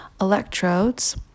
electrodes